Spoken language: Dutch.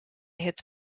het